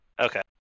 Okay